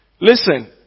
Listen